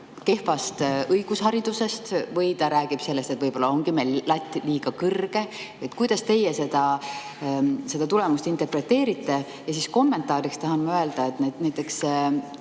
kehvast õigusharidusest või ta räägib sellest, et võib-olla on meil latt liiga kõrgel? Kuidas teie seda tulemust interpreteerite? Kommentaariks tahan ma öelda, et näiteks